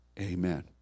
Amen